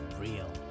real